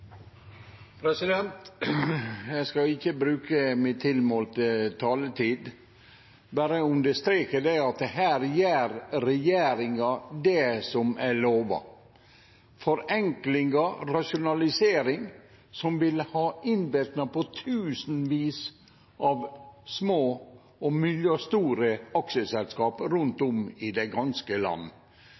skal ikkje bruke mi tilmålte taletid, men streke under at her gjer regjeringa det som er lova – forenkling og rasjonalisering som vil ha innverknad på tusenvis av små og mellomstore aksjeselskap rundt om i det ganske land.